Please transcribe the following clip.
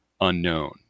unknown